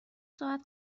ساعت